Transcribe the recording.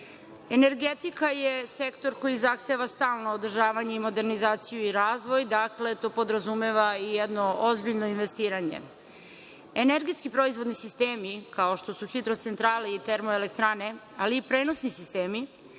toga. Energetika je sektor koji zahteva stalno održavanje i modernizaciju i razvoj, dakle to podrazumeva i jedno ozbiljno investiranje. Energetski proizvodni sistemi, kao što su hidrocentrale i termoelektrane, ali i prenosni sistemi